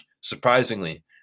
surprisingly